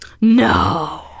No